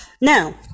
Now